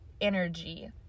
energy